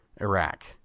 iraq